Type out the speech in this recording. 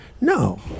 No